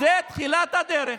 זו תחילת הדרך.